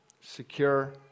Secure